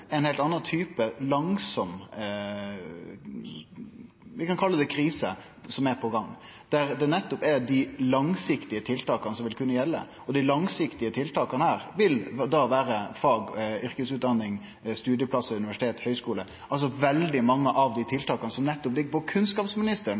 ein heilt annan type langsam krise – som vi kan kalle det – som er på gang, der det nettopp er dei langsiktige tiltaka som vil kunne gjelde. Og desse langsiktige tiltaka vil vere fag- og yrkesutdanning, studieplassar, universitet, høgskule – altså veldig mange av dei